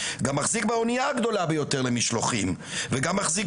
גם מחזיק באוניה הגדולה ביותר למשלוחים וגם מחזיק